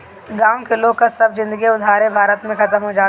गांव के लोग कअ सब जिनगी उधारे भरत में खतम हो जात बाटे